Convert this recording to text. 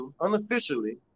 unofficially